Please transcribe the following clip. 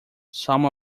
some